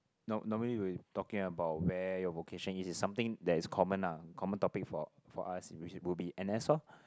nor~ normally we talking about where your vocation is something that is common common topic for for us which will be N_S orh